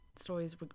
stories